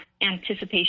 anticipation